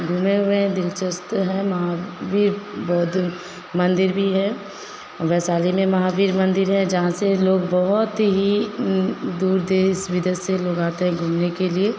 घूमे हुए हैं दिलचस्प हैं महावीर बौदी मंदिर भी है वैशाली में महावीर है जहाँ से लोग बहुत ही दूर देश विदेश से लोग आते हैं घूमने के लिए